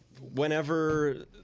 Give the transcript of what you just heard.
whenever